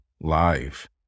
live